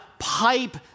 pipe